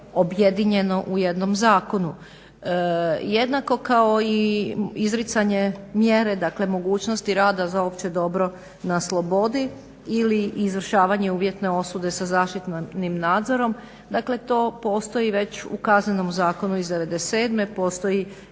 objedinjeno u jednom zakonu, jednako kao i izricanje mjere, dakle mogućnosti rada za opće dobro na slobodi ili izvršavanje uvjetne osude za zaštitnim nadzorom. Dakle to postoji već u KZ-u iz 1997., postoji